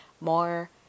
more